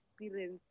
experience